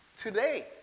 today